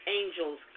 angels